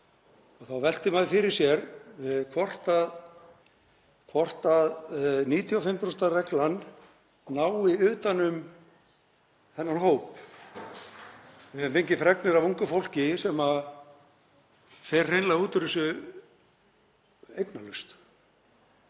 Þá veltir maður fyrir sér hvort 95% reglan nái utan um þann hóp. Við höfum fengið fregnir af ungu fólki sem fer hreinlega út úr þessu eignalaust.